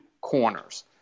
corners